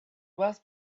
must